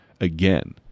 again